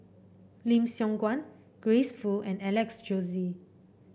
Lim Siong Guan Grace Fu and Alex Josey